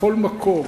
בכל מקום.